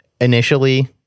initially